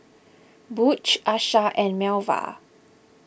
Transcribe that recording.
Butch Asha and Melva